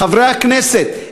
חברי הכנסת,